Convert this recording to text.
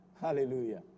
Hallelujah